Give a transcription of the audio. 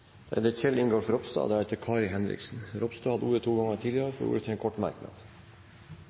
Kjell Ingolf Ropstad har hatt ordet to ganger tidligere og får ordet til en kort merknad,